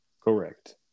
Correct